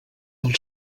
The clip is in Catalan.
del